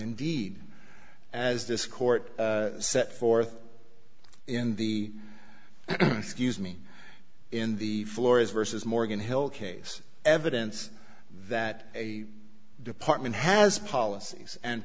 indeed as this court set forth in the excuse me in the floors vs morgan hill case evidence that a department has policies and